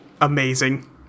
Amazing